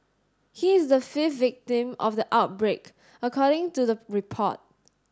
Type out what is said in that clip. he is the fifth victim of the outbreak according to the report